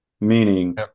Meaning